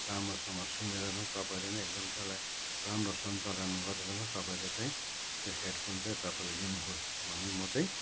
राम्रोसँग सुनेर नै तपाईँले नै एकदम त्यसलाई राम्रो सञ्चालन गरेर नै तपाईँले चाहिँ त्यो हेडफोन चाहिँ तपाईँले लिनुहोस् भनी म चाहिँ